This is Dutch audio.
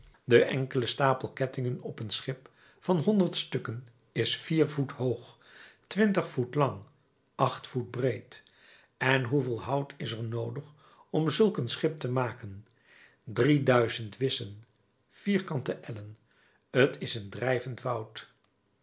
de enkele stapel kettingen op een schip van honderd stukken is vier voet hoog twintig voet lang acht voet breed en hoeveel hout is er noodig om zulk een schip te maken drie duizend wissen vierkante ellen t is een drijvend woud